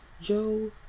Joe